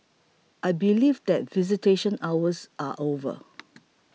I believe that visitation hours are over